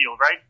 right